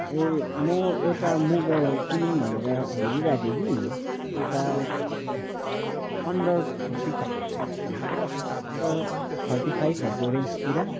ए म एउटा मोबाइल किनौँ भनेर हेरिरहेको थिएँ कि एउटा कति अन्डर थर्टी फाइभ थर्टी फाइभहरूको रेञ्जतिर